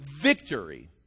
victory